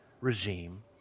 regime